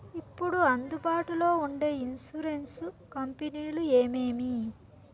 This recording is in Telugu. ఇప్పుడు అందుబాటులో ఉండే ఇన్సూరెన్సు కంపెనీలు ఏమేమి?